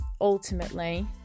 ultimately